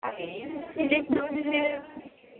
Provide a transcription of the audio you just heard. film ଦେଉଛି ସିଏ